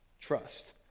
trust